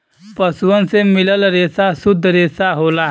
पसुअन से मिलल रेसा सुद्ध रेसा होला